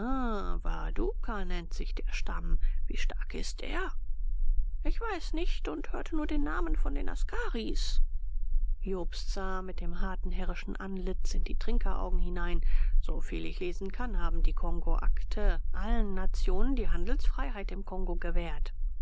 waduka nennt sich der stamm wie stark ist er ich weiß nicht und hörte nur den namen von den askaris jobst sah mit dem harten herrischen antlitz in die trinkeraugen hinein soviel ich lesen kann haben die kongoakte allen nationen die handelsfreiheit im kongo gewährt